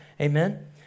Amen